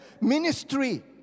ministry